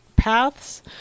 paths